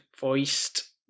voiced